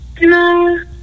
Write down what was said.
No